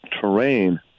terrain